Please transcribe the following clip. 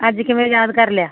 ਅੱਜ ਕਿਵੇਂ ਯਾਦ ਕਰ ਲਿਆ